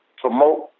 promote